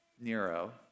Nero